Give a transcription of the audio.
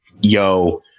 yo